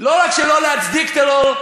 לא רק שלא להצדיק טרור,